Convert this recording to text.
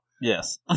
Yes